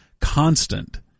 constant